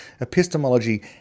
epistemology